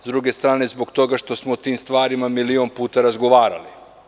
Sa druge strane, zbog toga što smo o tim stvarima milion puta razgovarali.